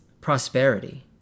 prosperity